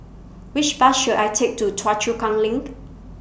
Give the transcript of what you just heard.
Which Bus should I Take to Choa Chu Kang LINK